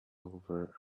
over